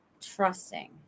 trusting